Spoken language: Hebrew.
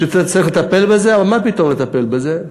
וצריך לטפל בזה, אבל מה פתאום לטפל בזה?